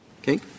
Okay